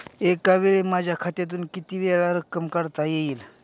एकावेळी माझ्या खात्यातून कितीवेळा रक्कम काढता येईल?